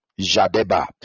Jadeba